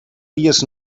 dies